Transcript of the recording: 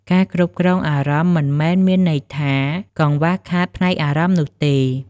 ការគ្រប់គ្រងអារម្មណ៍៍មិនមែនមានន័យថា កង្វះខាតផ្នែកអារម្មណ៍នោះទេ។